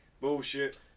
Bullshit